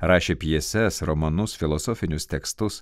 rašė pjeses romanus filosofinius tekstus